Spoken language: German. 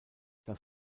das